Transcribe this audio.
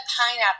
pineapple